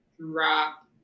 drop